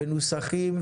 ועל נוסחים,